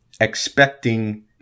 expecting